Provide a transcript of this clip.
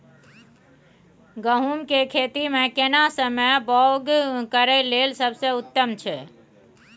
गहूम के खेती मे केना समय बौग करय लेल सबसे उत्तम छै?